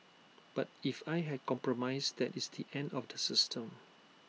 but if I had compromised that is the end of the system